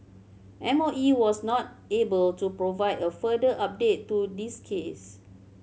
M O E was not able to provide a further update to this case